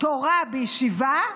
תורה בישיבה,